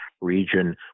region